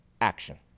action